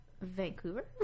Vancouver